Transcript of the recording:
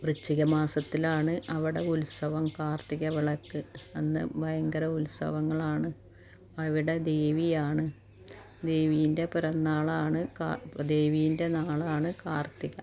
വൃശ്ചിക മാസത്തിലാണ് അവിടെ ഉത്സവം കാർത്തിക വിളക്ക് അന്ന് ഭയങ്കര ഉത്സവങ്ങളാണ് അവിടെ ദേവിയാണ് ദേവീൻ്റെ പിറന്നാളാണ് ദേവീൻ്റെ നാളാണ് കാർത്തിക